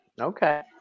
okay